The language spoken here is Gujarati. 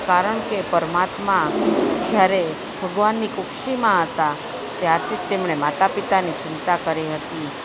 કારણ કે પરમાત્મા જ્યારે ભગવાનની કુક્ષીમાં હતા ત્યારથી જ તેમણે માતા પિતાની ચિંતા કરી હતી